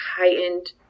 heightened